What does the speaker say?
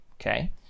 Okay